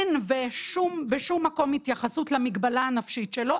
אין בשום מקום התייחסות למגבלה הנפשית שלו,